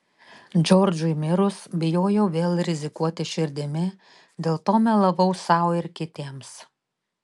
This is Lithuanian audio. džordžui mirus bijojau vėl rizikuoti širdimi dėl to melavau sau ir kitiems